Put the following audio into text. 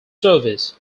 service